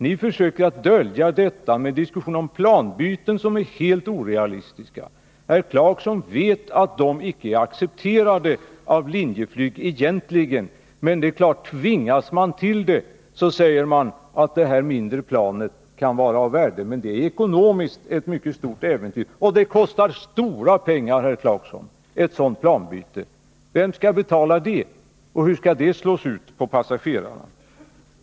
Ni försöker dölja problemen genom diskussioner om planbyten som är helt orealistiska. Herr Clarkson vet att Linjeflyg egentligen inte accepterar en sådan lösning. Man säger emellertid att det mindre planet självfallet kan vara av värde om man nu tvingas göra ett byte. Ekonomiskt är det dock ett mycket stort äventyr. Det kostar stora pengar, herr Clarkson, att göra ett sådant planbyte. Vem skall betala, och hur skall kostnaderna slås ut på passagerarna?